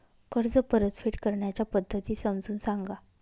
कर्ज परतफेड करण्याच्या पद्धती समजून सांगा